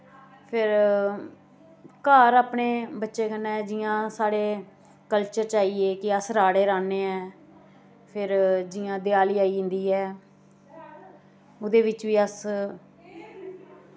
फिर घर अपने बच्चे कन्नै जि'यां साढ़े कल्चर चा आइये कि अस राह्ड़े राह्ने ऐ फिर जि'यां देआली आई जंदी ऐ ओह्दे बिच बी अस